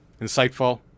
insightful